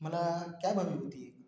मला कॅब हवी होती एक